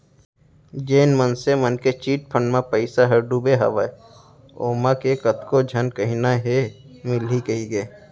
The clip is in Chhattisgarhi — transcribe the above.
जेन मनसे मन के चिटफंड म पइसा ह डुबे हवय ओमा के कतको झन कहिना हे मिलही कहिके